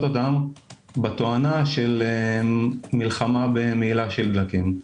אותם בתואנה של מלחמה במהילה של דלקים.